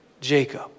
Jacob